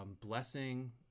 blessing